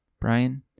Brian